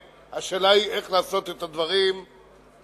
השאלה היא איך לעשות את הדברים נכונה.